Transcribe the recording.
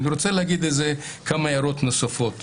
ואני רוצה להגיד כמה הערות נוספות בקצרה.